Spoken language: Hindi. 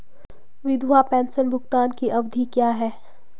विधवा पेंशन भुगतान की अवधि क्या है?